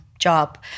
job